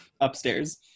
upstairs